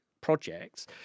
projects